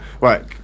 Right